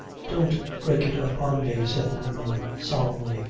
don't break it upon me, said the woman, solemnly,